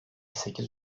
sekiz